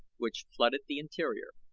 which flooded the interior,